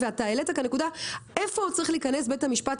ואתה העלית את הנקודה איפה צריך להיכנס בית המשפט,